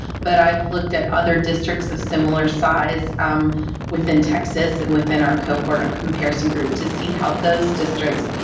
but i've looked at other districts of similar size within texas and within our cohort of comparison group to see how those districts,